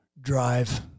drive